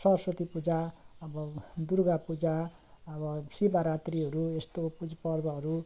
सरस्वती पूजा अब दुर्गा पूजा अब शिवरात्रीहरू यस्तो पूजा पर्वहरू